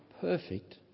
perfect